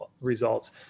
results